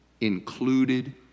included